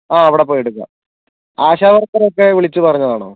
അ അവിടെ പോയി എടുക്കാം ആശ വർക്കറെ ഒക്കെ വിളിച്ച് പറഞ്ഞതാണോ